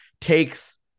takes